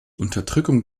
unterdrückung